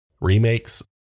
remakes